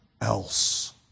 else